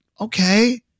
okay